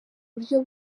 buryo